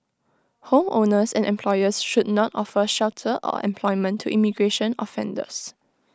homeowners and employers should not offer shelter or employment to immigration offenders